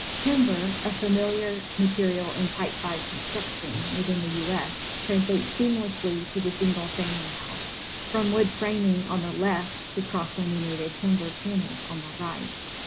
timber, a familiar material in type v construction within the us, translate seamlessly to the single family house. from wood framing on the left to cross-laminated timber panels on the right.